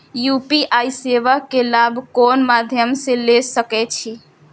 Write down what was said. UPI सेवा के लाभ कोन मध्यम से ले सके छी?